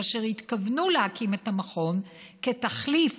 כאשר התכוונו להקים את המכון כתחליף